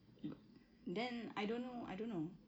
then I don't know I don't know